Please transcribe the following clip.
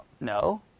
No